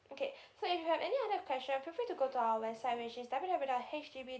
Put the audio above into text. okay so if you have any other question feel free to go to our website which is W W W dot H D B